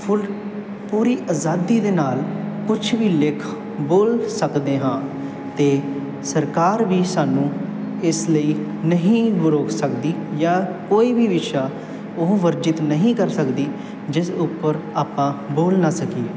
ਫੁੱਲ ਪੂਰੀ ਆਜ਼ਾਦੀ ਦੇ ਨਾਲ ਕੁਛ ਵੀ ਲਿਖ ਬੋਲ ਸਕਦੇ ਹਾਂ ਅਤੇ ਸਰਕਾਰ ਵੀ ਸਾਨੂੰ ਇਸ ਲਈ ਨਹੀਂ ਰੋਕ ਸਕਦੀ ਜਾਂ ਕੋਈ ਵੀ ਵਿਸ਼ਾ ਉਹ ਵਰਜਿਤ ਨਹੀਂ ਕਰ ਸਕਦੀ ਜਿਸ ਉੱਪਰ ਆਪਾਂ ਬੋਲ ਨਾ ਸਕੀਏ